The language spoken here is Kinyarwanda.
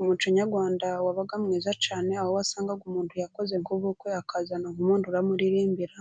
Umuco nyarwanda wabaga mwiza cyane, aho wasangaga umuntu yakoze nk'ubukwe akazana nk'umuntu uramuririmbira